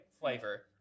flavor